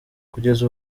kugeza